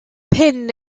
pin